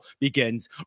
begins